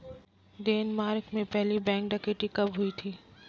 Denmark में पहली bank डकैती कब हुई थी?